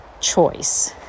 choice